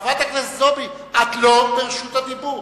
חברת הכנסת זועבי, את לא ברשות דיבור.